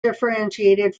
differentiated